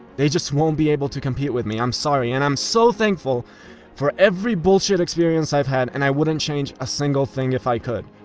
they just won't be able to compete with me, i'm sorry. and i'm so thankful for every bullshit experience i've had, and i wouldn't change a single thing if i could.